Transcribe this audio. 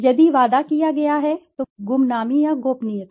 यदि वादा किया गया है तो गुमनामी या गोपनीयता